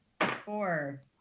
Four